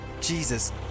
Jesus